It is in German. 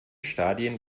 stadien